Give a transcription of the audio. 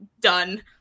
done